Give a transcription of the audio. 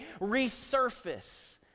resurface